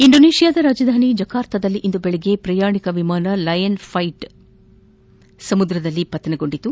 ಇಂಡೋನೇಷಿಯಾದ ರಾಜಧಾನಿ ಜಕಾರ್ತದಲ್ಲಿಂದು ಬೆಳಗ್ಗೆ ಪ್ರಯಾಣಿಕ ವಿಮಾನ ಲಯನ್ ಫ್ಷೈಟ್ ಸಮುದ್ರದಲ್ಲಿ ಪತನಗೊಂಡಿದೆ